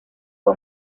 fue